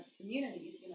communities